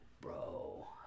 bro